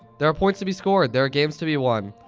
there are points to be scored. there are games to be won.